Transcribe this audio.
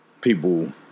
people